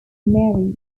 married